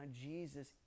Jesus